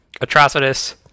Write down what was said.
Atrocitus